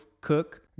cook